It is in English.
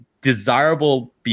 desirable